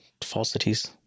falsities